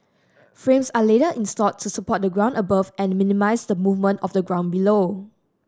frames are later installed to support the ground above and minimise the movement of the ground below